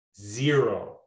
zero